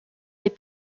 des